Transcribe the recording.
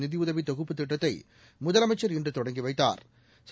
நிதியுதவி தொகுப்புத் திட்டத்தை முதலமைச்சா் இன்று தொடங்கி வைத்தாா்